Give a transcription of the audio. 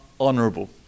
honourable